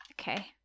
okay